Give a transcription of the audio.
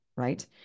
Right